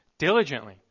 diligently